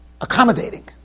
accommodating